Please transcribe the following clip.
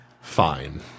fine